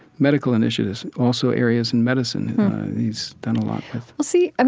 medical initiatives, also areas in medicine and he's done a lot with, well, see,